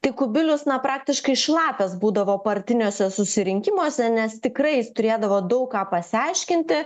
tik kubilius na praktiškai šlapias būdavo partiniuose susirinkimuose nes tikrai turėdavo daug ką pasiaiškinti